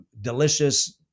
delicious